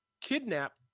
kidnap